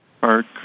Park